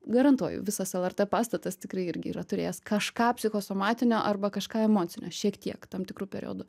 garantuoju visas lrt pastatas tikrai irgi yra turėjęs kažką psichosomatinio arba kažką emocinio šiek tiek tam tikru periodu